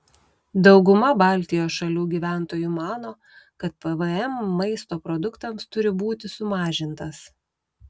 dauguma baltijos šalių gyventojų mano kad pvm maisto produktams turi būti sumažintas